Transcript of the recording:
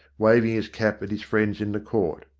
waving his cap at his friends in the court,